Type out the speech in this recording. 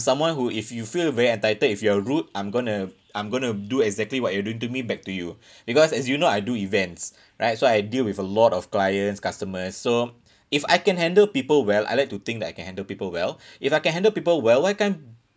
someone who if you feel very entitled if you are rude I'm going to I'm going to do exactly what you're doing to me back to you because as you know I do events right so I deal with a lot of clients customers so if I can handle people well I like to think that I can handle people well if I can handle people well why can't